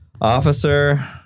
officer